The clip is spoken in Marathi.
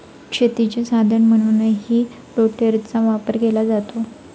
शेतीचे साधन म्हणूनही रोटेटरचा वापर केला जातो